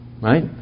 right